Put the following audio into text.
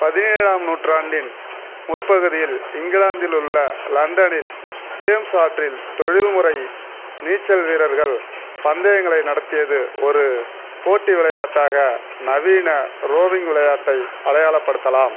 பதினேழாம் நூற்றாண்டின் முற்பகுதியில் இங்கிலாந்தில் உள்ள லண்டனில் தேம்ஸ் ஆற்றில் தொழில்முறை நீச்சல் வீரர்கள் பந்தயங்களை நடத்தியது ஒரு போட்டி விளையாட்டாக நவீன ரோவிங் விளையாட்டை அடையாளப்படுத்தலாம்